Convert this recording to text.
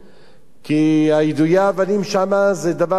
כי יידויי האבנים שם, זה דבר שאין לו סוף.